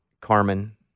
Carmen